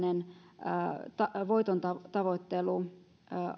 on tällainen voitontavoittelu